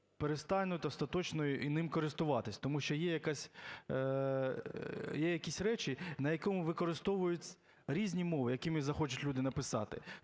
перестануть остаточно і ним користуватися, тому що є якась... є якісь речі, на якому використовують різні мови, якими захочуть люди написати.